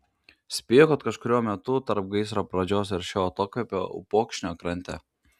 spėjo kad kažkuriuo metu tarp gaisro pradžios ir šio atokvėpio upokšnio krante